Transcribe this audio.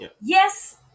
yes